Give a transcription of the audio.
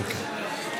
אוקיי.